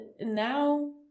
now